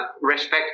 respect